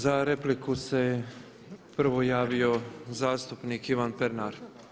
Za repliku se prvo javio zastupnik Ivan Pernar.